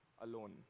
alone